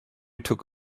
took